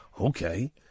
Okay